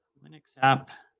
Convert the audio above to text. linuxapp.